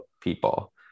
people